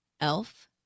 elf